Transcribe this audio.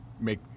make